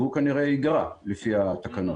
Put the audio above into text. והוא כנראה ייגרע לפי התקנות.